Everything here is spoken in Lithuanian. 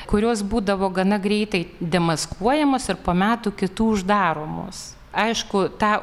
kurios būdavo gana greitai demaskuojamos ir po metų kitų uždaromos aišku tą